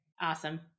Awesome